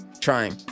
trying